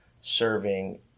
serving